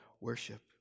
worship